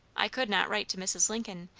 i could not write to mrs. lincoln,